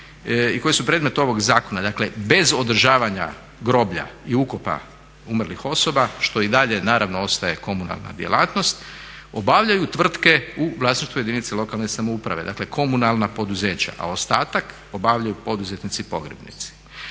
koji su predmet ovog zakona. Dakle, bez održavanja groblja i ukopa umrlih osoba što i dalje naravno ostaje komunalna djelatnost obavljaju tvrtke u vlasništvu jedinice lokalne samouprave, dakle komunalna poduzeća, a ostatak obavljaju poduzetnici i pogrebnici.